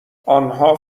آنها